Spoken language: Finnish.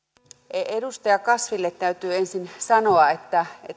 edustaja kasville täytyy ensin sanoa että